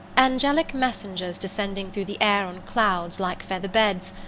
angelic messengers descending through the air on clouds like feather-beds,